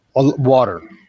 water